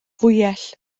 fwyell